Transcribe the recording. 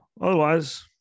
Otherwise